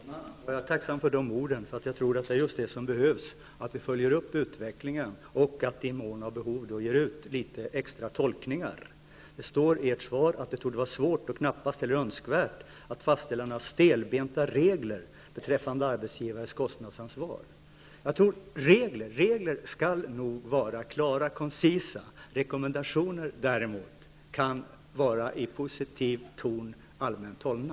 Fru talman! Jag är tacksam för de orden. Jag tror att det är det som behövs, att vi följer upp utvecklingen och i mån av behov ger uttryck för extra tolkningar. Det står i svaret att det torde vara svårt och knappast önskvärt att fastställa stelbenta regler beträffande arbetsgivares kostnadsansvar. Regler skall vara klara och koncisa. Rekommendationer kan däremot vara i positiv ton allmänt hållna.